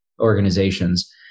organizations